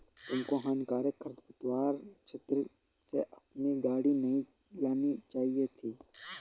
तुमको हानिकारक खरपतवार क्षेत्र से अपनी गाड़ी नहीं लानी चाहिए थी